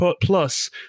plus